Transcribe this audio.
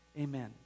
Amen